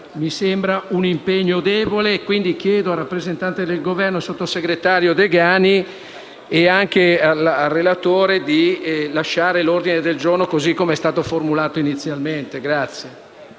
mi sembra un impegno debole e quindi chiedo alla rappresentante del Governo, sottosegretario Degani, e alla relatrice di lasciare l'ordine del giorno così com'era stato formulato inizialmente.